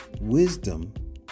wisdom